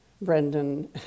Brendan